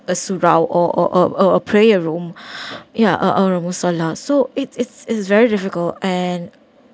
a surau or or or a prayer room ya uh uh a musollah so it's it's it's very difficult and